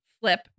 flip